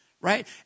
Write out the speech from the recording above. right